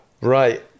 right